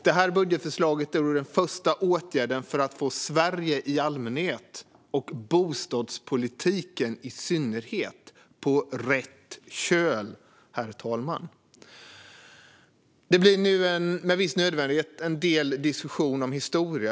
Det budgetförslaget är den första åtgärden för att få Sverige i allmänhet och bostadspolitiken i synnerhet på rätt köl, herr talman. Det blir med viss nödvändighet en del diskussioner om historia.